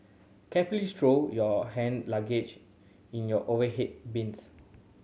carefully stow your hand luggage in your overhead bins